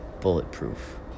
bulletproof